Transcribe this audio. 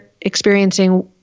experiencing